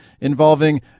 involving